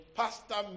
pastor